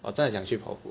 我在想去跑步